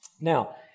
Now